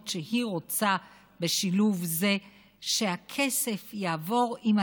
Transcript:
שהיא רוצה בשילוב זה שהכסף יעבור עם התלמיד,